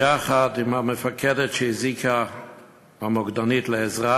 יחד עם המפקדת שהזעיקה המוקדנית לעזרה